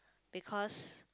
because